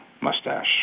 Mustache